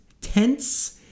tense